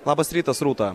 labas rytas rūta